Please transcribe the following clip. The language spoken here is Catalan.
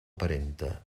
parenta